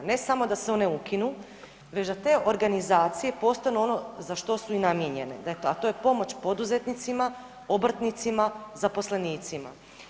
Ne samo da se one ukinu već da te organizacije postanu ono za što su i namijenjene, a to je pomoć poduzetnicima, obrtnicima, zaposlenicima.